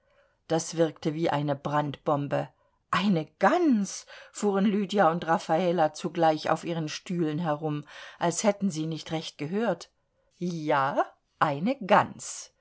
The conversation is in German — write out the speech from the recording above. das wirkte wie eine brandbombe eine gans fuhren lydia und raffala zugleich auf ihren stühlen herum als hätten sie nicht recht gehört ja eine gans